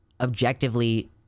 objectively